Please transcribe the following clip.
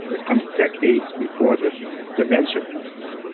it comes decades before the dementia comes.